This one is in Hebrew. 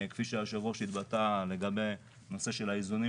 כפי שהיושב-ראש התבטא לגבי הנושא של האיזונים